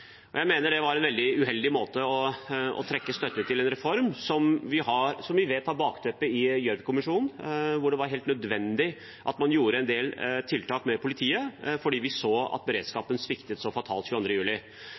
politireformen. Jeg mener det var veldig uheldig å trekke støtten til en reform som vi vet har Gjørv-kommisjonen som bakteppe. Det var helt nødvendig at man gjorde en del tiltak med tanke på politiet, for man så at beredskapen sviktet så fatalt 22. juli.